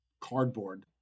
cardboard